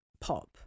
pop